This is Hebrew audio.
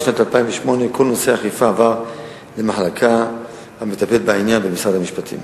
בשנת 2008 כל נושא האכיפה עבר למחלקה המטפלת בעניין במשרד המשפטים.